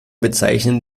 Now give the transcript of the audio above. bezeichnen